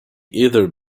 either